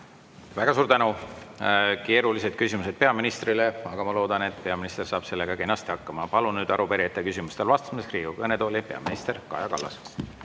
Väga suur tänu! Keerulised küsimused peaministrile, aga ma loodan, et peaminister saab kenasti hakkama. Palun nüüd arupärijate küsimustele vastamiseks Riigikogu kõnetooli peaminister Kaja Kallase.